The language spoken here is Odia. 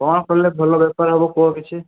କ'ଣ କଲେ ଭଲ ବେପାର ହେବ କୁହ କିଛି